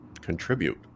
contribute